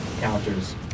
counters